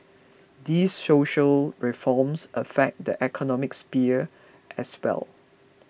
these social reforms affect the economic sphere as well